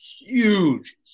huge